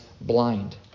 blind